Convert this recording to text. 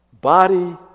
body